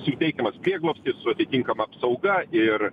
suteikiamas prieglobstis su atitinkama apsauga ir